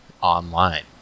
online